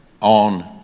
on